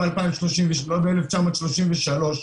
לא ב-1933.